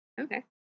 Okay